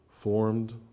formed